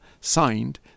signed